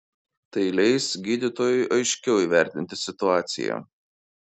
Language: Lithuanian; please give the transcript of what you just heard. tai leis gydytojui aiškiau įvertinti situaciją